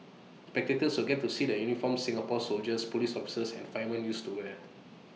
spectators will get to see the uniforms Singapore's soldiers Police officers and firemen used to wear